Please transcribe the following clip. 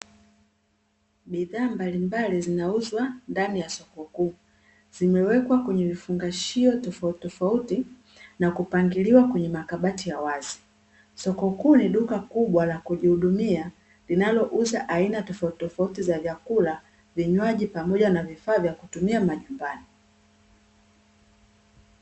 Bidhaa mbalimbali zinauzwa ndani ya soko kuu, zimewekwa kwenye vifungashio tofautitofauti na kupangiliwa kwenye makabati ya wazi, soko kuu ni duka kubwa la kujihudumia, linalouza aina tofautitofauti za vyakula, vinywaji pamoja na vifaa vya kutumia majumbani.